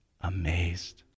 amazed